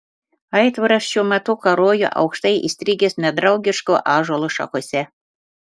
aitvaras šiuo metu karojo aukštai įstrigęs nedraugiško ąžuolo šakose